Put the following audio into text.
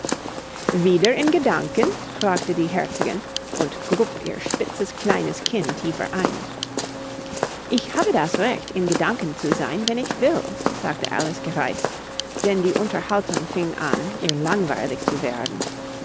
wieder in gedanken fragte die herzogin und grub ihr spitzes kleines kinn tiefer ein ich habe das recht in gedanken zu sein wenn ich will sagte alice gereizt denn die unterhaltung fing an ihr langweilig zu werden